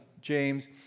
James